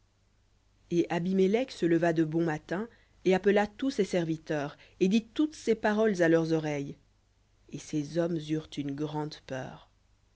et abimélec se leva de bon matin et appela tous ses serviteurs et dit toutes ces paroles à leurs oreilles et ces hommes eurent une grande peur